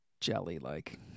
jelly-like